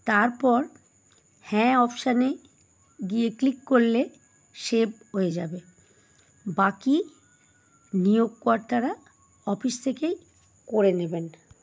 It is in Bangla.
তার পর হ্যাঁ অপশানে গিয়ে ক্লিক করলে সেভ হয়ে যাবে বাকি নিয়োগ কর্তারা অফিস থেকেই করে নেবেন